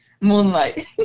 Moonlight